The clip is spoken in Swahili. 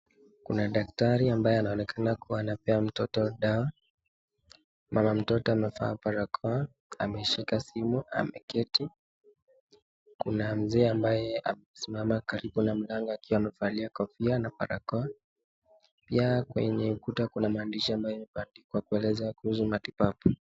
Kuna daktari ambaye anaonekana kuwa anampea mtoto dawa. Mama mtoto amevaa barakoa, ameshika simu, ameketi. Kuna mzee ambaye amesimama karibu na mlango akiwa amevalia kofia na barakoa. Pia, kwenye ukuta kuna maandishi ambayo yameandikwa kueleza kuhusu matibabu.